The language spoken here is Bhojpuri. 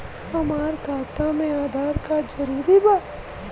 हमार खाता में आधार कार्ड जरूरी बा?